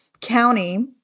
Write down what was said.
County